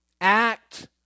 Act